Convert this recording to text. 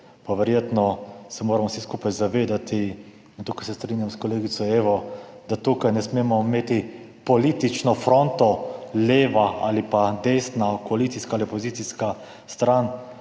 se verjetno moramo vsi skupaj zavedati, in tukaj se strinjam s kolegico Evo, da tukaj ne smemo imeti politične fronte leva ali pa desna, koalicijska ali opozicijska stran,